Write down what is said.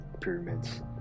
pyramids